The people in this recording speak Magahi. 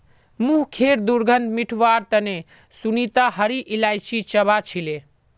मुँहखैर दुर्गंध मिटवार तने सुनीता हरी इलायची चबा छीले